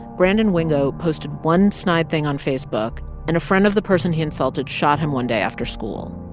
brandon wingo posted one snide thing on facebook, and a friend of the person he insulted shot him one day after school.